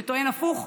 שטוען הפוך,